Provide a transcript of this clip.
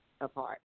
apart